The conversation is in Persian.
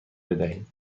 بدهید